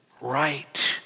right